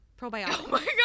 probiotics